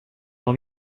leur